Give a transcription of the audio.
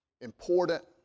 important